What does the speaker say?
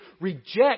reject